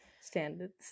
standards